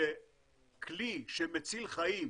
שכלי שמציל חיים,